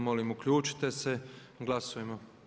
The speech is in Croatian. Molim uključite se i glasujmo.